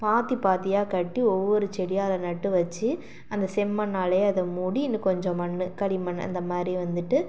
பாத்தி பாத்தியாக கட்டி ஒவ்வொரு செடியாக அதை நட்டு வச்சு அந்த செம்மண்ணாலையே அதை மூடி இன்னும் கொஞ்சம் மண்ணு களிமண் அந்த மாரி வந்துவிட்டு